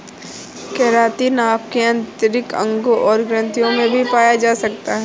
keratin आपके आंतरिक अंगों और ग्रंथियों में भी पाया जा सकता है